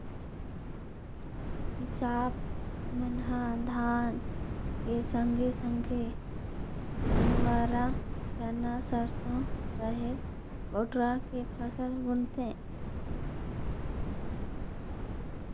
किसाप मन ह धान के संघे संघे तिंवरा, चना, सरसो, रहेर, बटुरा के फसल बुनथें